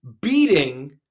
beating